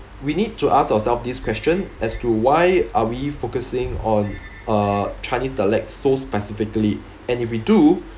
we need to ask ourselves this question as to why are we focusing on uh chinese dialects so specifically and if we do